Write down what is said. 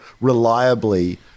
reliably